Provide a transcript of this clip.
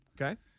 Okay